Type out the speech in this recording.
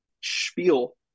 spiel